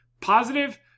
positive